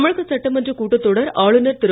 தமிழக சட்டமன்றக் கூட்டத் தொடர் ஆளுநர் திரு